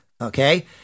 okay